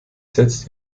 setzt